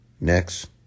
Next